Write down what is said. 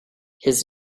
his